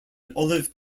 olive